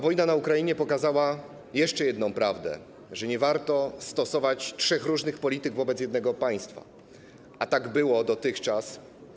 Wojna na Ukrainie pokazała jeszcze jedną prawdę: nie warto stosować trzech różnych polityk wobec jednego państwa, a tak było dotychczas.